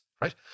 right